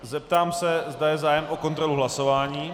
Zeptám se, zda je zájem o kontrolu hlasování.